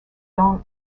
dans